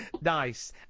Nice